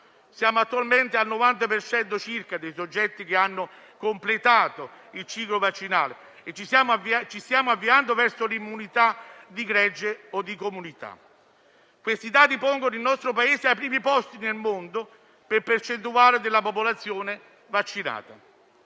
fatto. Attualmente circa il 90 per cento dei soggetti ha completato il ciclo vaccinale e ci stiamo avviando verso l'immunità di gregge o di comunità. Questi dati pongono il nostro Paese ai primi posti nel mondo per percentuale di popolazione vaccinata.